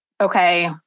okay